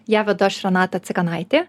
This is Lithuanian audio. ją vedu aš renata cikanaitė